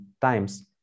times